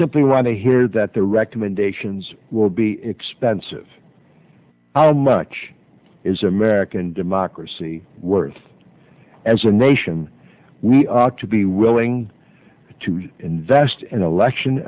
simply want to hear that their recommendations will be expensive how much is american democracy worth as a nation we ought to be willing to invest in election